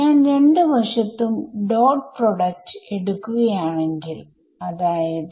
ഞാൻ രണ്ട് വഷത്തും ഡോട്ട് പ്രോഡക്റ്റ് എടുക്കുകയാണെങ്കിൽ അതായത്